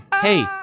hey